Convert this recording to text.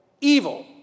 evil